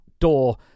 door